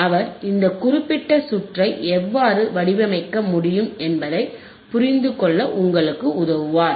அவர் இந்த குறிப்பிட்ட சுற்றை எவ்வாறு வடிவமைக்க முடியும் என்பதைப் புரிந்துகொள்ள உங்களுக்கு உதவுவார்